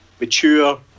mature